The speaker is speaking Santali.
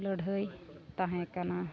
ᱞᱟᱹᱲᱦᱟᱹᱭ ᱛᱟᱦᱮᱸ ᱠᱟᱱᱟ